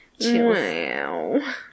Wow